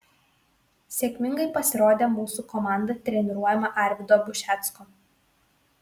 sėkmingai pasirodė mūsų komanda treniruojama arvydo bušecko